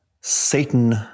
Satan